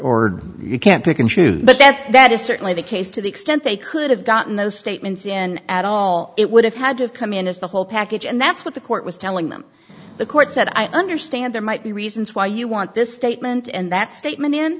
or you can't pick and choose but that's that is certainly the case to the extent they could have gotten those statements in at all it would have had to have come in as the whole package and that's what the court was telling them the court said i understand there might be reasons why you want this statement and that statement in